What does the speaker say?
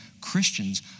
Christians